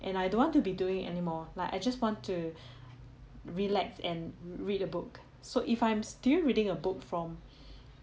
and I don't want to be doing anymore like I just want to relax and read a book so if I'm still reading a book from